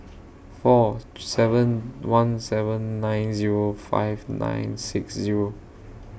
four seven one seven nine Zero five nine six Zero